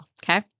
okay